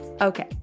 Okay